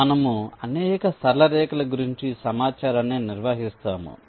ఇక్కడ మనము అనేక సరళ రేఖల గురించి సమాచారాన్ని నిర్వహిస్తాము